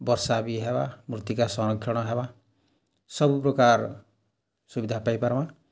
ବର୍ଷା ବି ହେବା ମୂର୍ତ୍ତିକା ସଂରକ୍ଷଣ ହେବା ସବୁପ୍ରକାର୍ ସୁବିଧା ପାଇପାରମା